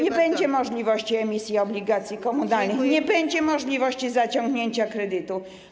Nie będzie możliwości emisji obligacji komunalnych, nie będzie możliwości zaciągnięcia kredytu.